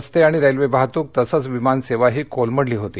रस्ते आणि रेल्वे वाहतूक तसच विमानसेवाही कोलमडलीहोती